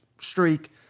streak